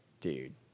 dude